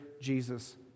Jesus